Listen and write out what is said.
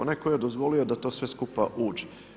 Onaj tko je dozvolio da to sve skupa uđe.